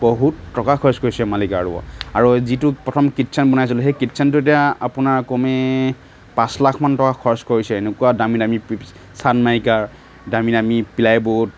বহুত টকা খৰচ কৰিছে মালিকে আৰু আৰু যিটো প্ৰথম কীটচেন বনাইছিলোঁ সেই কীটচেনটোতে আপোনাৰ কমে পাঁচ লাখ টকা মান খৰছ কৰিছে এনেকুৱা দামী দামী চানমাইকা দামী দামী প্লাই বৰ্ড